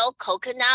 coconut